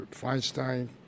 Feinstein